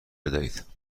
بدهید